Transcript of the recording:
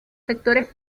sectores